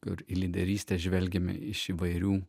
ir į lyderystę žvelgiame iš įvairių